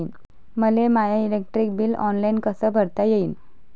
मले my electric bill online कस भरता येईन?